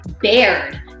bared